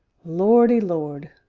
lordy lord!